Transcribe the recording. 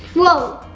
whoa.